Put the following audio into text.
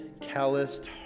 calloused